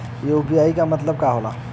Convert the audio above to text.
UPI के मतलब का होला?